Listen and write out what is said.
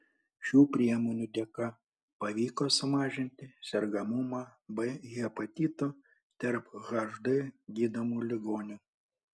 šių priemonių dėka pavyko sumažinti sergamumą b hepatitu tarp hd gydomų ligonių